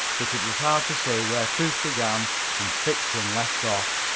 that it was hard to say where truth began and fiction left off.